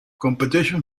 competition